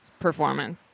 performance